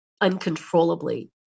uncontrollably